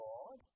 God